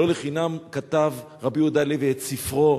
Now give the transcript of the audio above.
לא לחינם כתב רבי יהודה הלוי את ספרו,